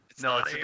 No